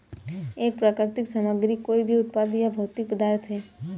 एक प्राकृतिक सामग्री कोई भी उत्पाद या भौतिक पदार्थ है